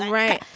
right.